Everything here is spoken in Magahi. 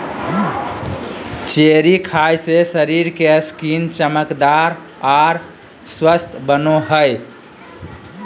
चेरी खाय से शरीर के स्किन चमकदार आर स्वस्थ बनो हय